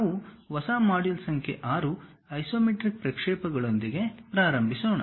ನಾವು ಹೊಸ module 6 isometric ಪ್ರಕ್ಷೇಪಗಳೊಂದಿಗೆ ಪ್ರಾರಂಭಿಸೋಣ